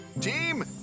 team